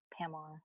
Pamela